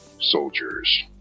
soldiers